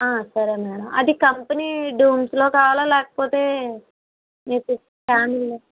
సరే మేడం అది కంపెనీ డోమ్స్లో కావాలా లేకపోతే క్యామ్లిన్